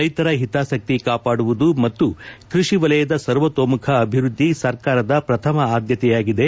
ರೈತರ ಹಿತಾಸಕ್ತಿ ಕಾಪಾಡುವುದು ಮತ್ತು ಕೃಷಿ ವಲಯದ ಸರ್ವತೋಮುಖ ಅಭಿವೃದ್ಧಿ ಸರ್ಕಾರದ ಪ್ರಥಮ ಆದ್ಯತೆಯಾಗಿದೆ